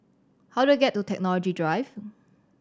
how do I get to Technology Drive